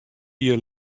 jier